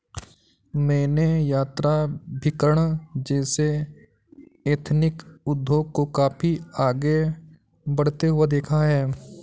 मैंने यात्राभिकरण जैसे एथनिक उद्योग को काफी आगे बढ़ता हुआ देखा है